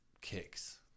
kicks